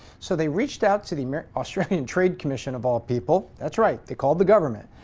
so they reached out to the australian trade commission of all people, that's right, they called the government.